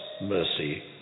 mercy